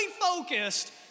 focused